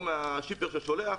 או מה"שיפר" ששולח.